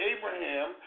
Abraham